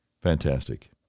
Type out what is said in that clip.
Fantastic